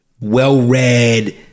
well-read